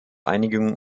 einigung